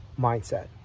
mindset